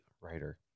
writer